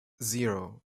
zero